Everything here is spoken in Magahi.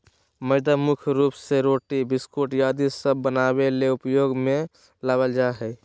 मैदा मुख्य रूप से रोटी, बिस्किट आदि सब बनावे ले उपयोग मे लावल जा हय